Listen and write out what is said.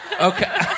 Okay